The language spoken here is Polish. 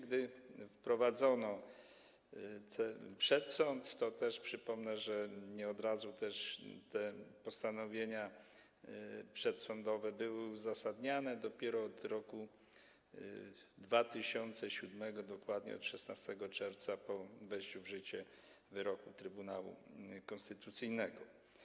Gdy wprowadzono przedsąd, to przypomnę, że nie od razu te postanowienia przedsądowe były uzasadniane, dopiero od roku 2007, dokładnie od 16 czerwca, po wejściu w życie wyroku Trybunału Konstytucyjnego.